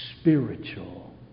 spiritual